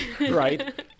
right